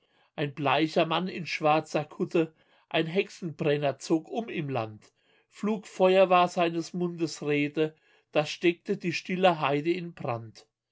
ein bleicher mann in schwarzer kutte ein hexenbrenner zog um im land flugfeuer war seines mundes rede das steckte die stille heide in brand